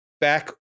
back